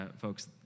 folks